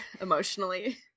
emotionally